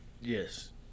Yes